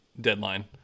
deadline